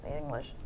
English